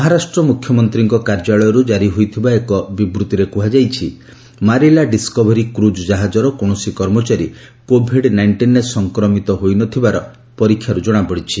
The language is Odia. ମହାରାଷ୍ଟ୍ର ମୁଖ୍ୟମନ୍ତ୍ରୀଙ୍କ କାର୍ଯ୍ୟାଳୟରୁ କାରି ହୋଇଥିବା ଏକ ବିବୃତ୍ତିରେ କୁହାଯାଇଛି ମାରିଲା ଡିସ୍କୋଭରୀ କ୍ରଜ୍ ଜାହାଜର କୌଣସି କର୍ମଚାରୀ କୋଭିଡ ନାଇଷ୍ଟିନ୍ରେ ସଂକ୍ରମିତ ହୋଇନଥିବାର ପରୀକ୍ଷାରୁ ଜଣାପଡିଛି